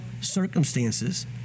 circumstances